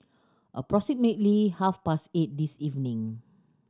approximately half past eight this evening